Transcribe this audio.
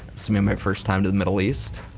this'll be my first time to the middle east.